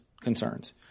concerns